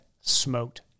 smoked